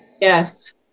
yes